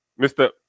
Mr